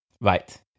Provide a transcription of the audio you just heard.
Right